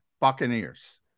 Buccaneers